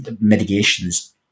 mitigations